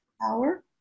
power